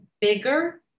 bigger